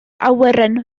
awyren